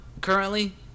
currently